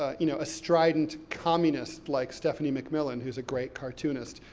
ah you know, a strident communist, like stephanie mcmillan, who's a great cartoonist,